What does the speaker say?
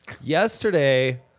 Yesterday